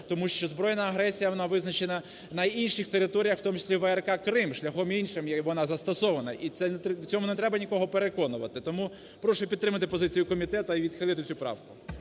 тому що збройна агресія, вона визначена на інших територіях, в тому числі АРК Крим, шляхом іншим вона застосована і в цьому не треба нікого переконувати. Тому прошу підтримати позицію комітету і відхилити цю правку.